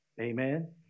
Amen